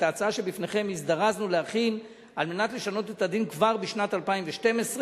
את ההצעה שבפניכם הזדרזנו להכין על מנת לשנות את הדין כבר בשנת 2012,